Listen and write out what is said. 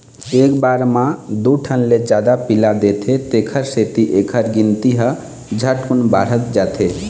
एक बार म दू ठन ले जादा पिला देथे तेखर सेती एखर गिनती ह झटकुन बाढ़त जाथे